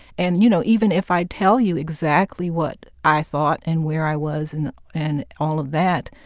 and, you know, even if i tell you exactly what i thought and where i was and and all of that,